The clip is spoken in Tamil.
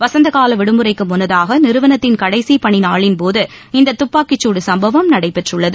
வசந்த கால விடுமுறைக்கு முன்னதாக நிறுவனத்தின் கடைசி பணி நாளின்போது இந்த துப்பாக்கிச் குடு சம்பவம் நடைபெற்றுள்ளது